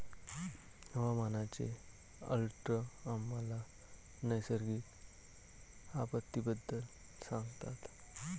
हवामानाचे अलर्ट आम्हाला नैसर्गिक आपत्तींबद्दल सांगतात